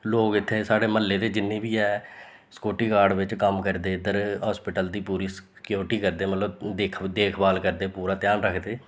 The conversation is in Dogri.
लोग इत्थें साढ़े म्हल्ले दे जिन्ने बी ऐ सिक्योरिटी गार्ड बिच कम्म करदे इद्धर हास्पिटल दी पूरी सिक्योरिटी करदे मतलब दिक्ख देखभाल करदे पूरा ध्यान रखदे